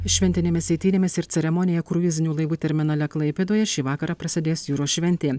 šventinėmis eitynėmis ir ceremonija kruizinių laivų terminale klaipėdoje šį vakarą prasidės jūros šventė